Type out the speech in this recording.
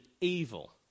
evil